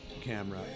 camera